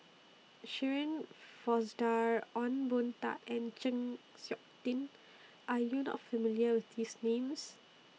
Shirin Fozdar Ong Boon Tat and Chng Seok Tin Are YOU not familiar with These Names